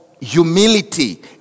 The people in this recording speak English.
Humility